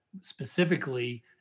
specifically